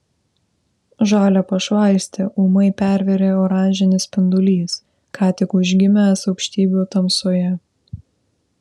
žalią pašvaistę ūmai pervėrė oranžinis spindulys ką tik užgimęs aukštybių tamsoje